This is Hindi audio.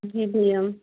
जी भैया